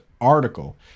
article